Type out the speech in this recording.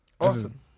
awesome